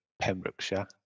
Pembrokeshire